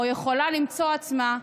או יכולה למצוא עצמה,